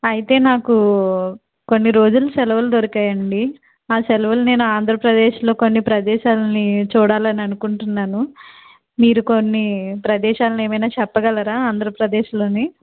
అయితే నాకు కొన్ని రోజులు సెలవులు దొరికాయి అండి ఆ సెలవులు నేను ఆంధ్రప్రదేశ్లో కొన్ని ప్రదేశాలని చూడాలని అనుకుంటున్నాను మీరు కొన్ని ప్రదేశాలని ఏమైనా చెప్పగలరా ఆంధ్ర ప్రదేశ్లోని